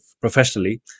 professionally